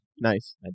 Nice